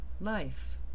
life